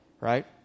right